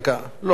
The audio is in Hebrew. לא, משם.